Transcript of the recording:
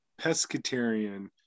Pescatarian